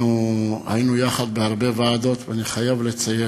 אנחנו היינו יחד בהרבה ועדות, ואני חייב לציין,